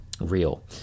real